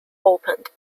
opened